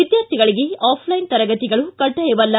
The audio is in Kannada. ವಿದ್ಯಾರ್ಥಿಗಳಗೆ ಆಫ್ಲೈನ್ ತರಗತಿಗಳು ಕಡ್ಡಾಯವಲ್ಲ